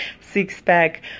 six-pack